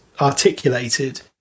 articulated